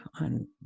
on